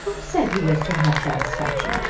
said you was to have satisfaction?